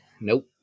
Nope